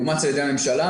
אומץ על ידי הממשלה,